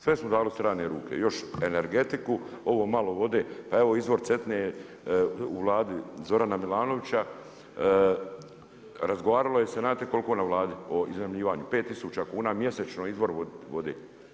Sve su dali u strane ruke, još energetiku, ovo malo vode, pa evo izvor Cetine je u Vladi Zorana Milanovića, razgovaralo se znate koliko na Vladi o iznajmljivanju, 5 tisuća kuna mjesečno, izvor vode.